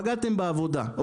פגעתם בעבודה,